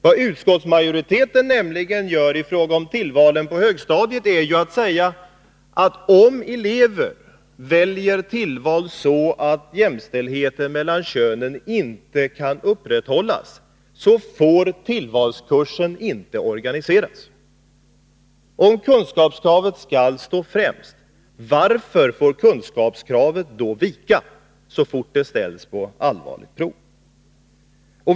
Vad utskottsmajoriteten säger i fråga om tillvalen på högstadiet är ju att om elever väljer tillval så att jämställdheten mellan könen inte kan upprätthållas, så får tillvalskursen inte organiseras. Om kunskapskravet skall stå främst, varför får kunskapskravet då vika så fort det ställs på allvarligt prov?